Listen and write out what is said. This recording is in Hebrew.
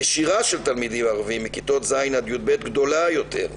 הנשירה של תלמידים ערבים מכיתות ז'-י"ב גדולה יותר.